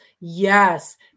Yes